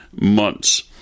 months